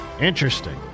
Interesting